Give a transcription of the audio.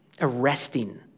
arresting